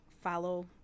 follow